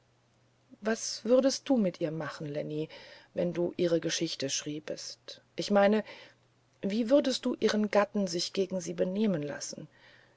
was würdest du mit ihr machen lenny wenn du ihre geschichte schriebest ich meine wie würdest du ihren gatten sich gegen sie benehmen lassen